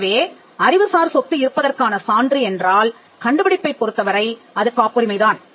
எனவே அறிவுசார் சொத்து இருப்பதற்கான சான்று என்றால் கண்டுபிடிப்பைப் பொருத்தவரை அது காப்புரிமை தான்